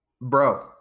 Bro